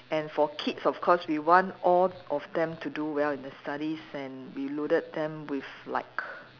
and for kids of course we want all of them to do well in their studies and we loaded them with like